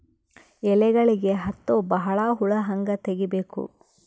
ಎಲೆಗಳಿಗೆ ಹತ್ತೋ ಬಹಳ ಹುಳ ಹಂಗ ತೆಗೀಬೆಕು?